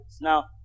Now